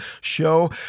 show